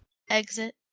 exit